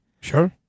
Sure